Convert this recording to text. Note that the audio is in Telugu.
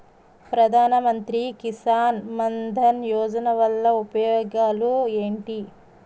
ప్రధాన మంత్రి కిసాన్ మన్ ధన్ యోజన వల్ల ఉపయోగాలు ఏంటి?